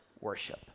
worship